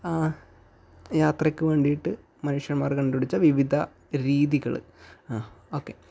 യാത്രയ്ക്ക് വേണ്ടിയിട്ട് മനുഷ്യന്മാർ കണ്ട് പിടിച്ച വിവിധ രീതികൾ ആ ഓക്കേ അപ്പോൾ